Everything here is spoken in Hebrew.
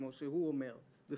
כמו שהוא אומר אגב,